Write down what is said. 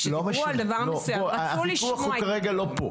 כשדיברו על דבר מסוים רצו לשמוע אותי --- הוויכוח לא פה.